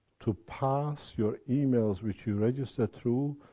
to pass your emails, which you registered through,